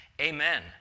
Amen